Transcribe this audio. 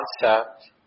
concept